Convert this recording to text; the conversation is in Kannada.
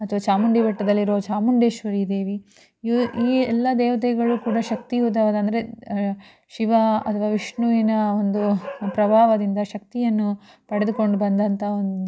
ಅಥವಾ ಚಾಮುಂಡಿ ಬೆಟ್ಟದಲ್ಲಿರೊ ಚಾಮುಡೇಶ್ವರಿ ದೇವಿ ಇವ್ರು ಈ ಎಲ್ಲ ದೇವತೆಗಳು ಕೂಡ ಶಕ್ತಿಯುತವಾದ ಅಂದರೆ ಶಿವ ಅಥವಾ ವಿಷ್ಣುವಿನ ಒಂದು ಪ್ರಭಾವದಿಂದ ಶಕ್ತಿಯನ್ನು ಪಡೆದುಕೊಂಡು ಬಂದಂತಹ ಒಂದು